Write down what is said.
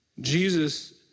Jesus